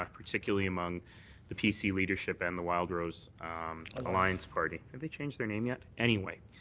um particularly among the pc leadership and the wildrose like alliance party. have they changed their name yet? anyway.